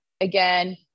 Again